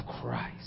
Christ